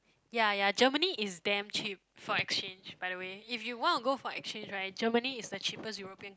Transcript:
ya ya Germany is damn cheap for exchange by the way if you want to go for exchange right Germany is the cheapest European